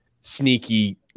sneaky